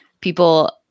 people